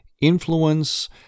influence